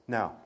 Now